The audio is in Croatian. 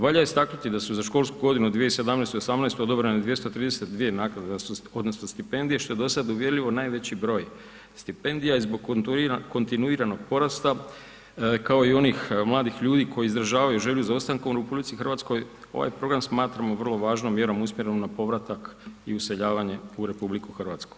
Valja istaknuti da su za školsku g. 2017. i 2018. odobrene 232 naknade odnosno stipendije, što je do sad uvjerljivo najveći broj stipendija i zbog kontinuiranog porasta, kao i onih mladih ljudi koji izražavaju želju za ostankom u RH, ovaj program smatramo vrlo važnom vjerom usmjerenom na povratak i useljavanje u RH.